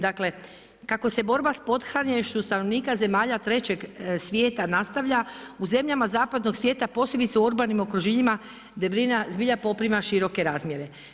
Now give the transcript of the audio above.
Dakle kako se borba s pothranjenošću stanovnika zemalja Trećeg svijeta nastavlja, u zemljama zapadnog svijeta posebice u urbanim okruženjima, debljina zbilja poprima široke razmjere.